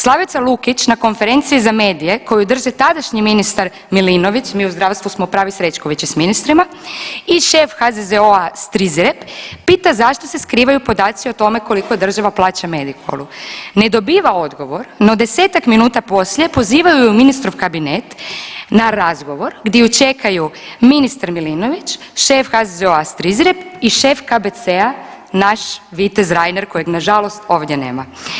Slavica Lukić na konferenciji za medije koju drže tadašnji ministar Milinović, mi u zdravstvu smo pravi srećkovići s ministrima i šef HZZO-a Strizrep pita zašto se skrivaju podaci o tome koliko država plaća Medikolu, ne dobiva odgovor, no 10-tak minuta poslije poziva ju u ministrov kabinet na razgovor gdje ju čekaju ministar Milinović, šef HZZO-a Strizrep i šef KBC-a naš vitez Reiner kojeg nažalost ovdje nema.